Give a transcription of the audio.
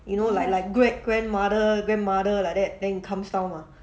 you know like like great grandmother grandmother like that then it comes down mah